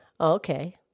Okay